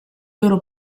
loro